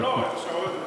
לא, לא.